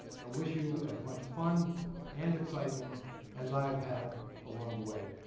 i wish you as much fun and excitement as i have had along the way.